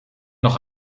noch